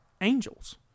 angels